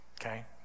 okay